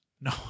no